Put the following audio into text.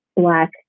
black